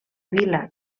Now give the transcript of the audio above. vil·la